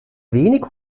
wenig